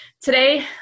today